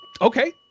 Okay